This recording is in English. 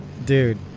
dude